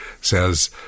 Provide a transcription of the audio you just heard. says